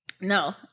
No